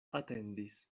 atendis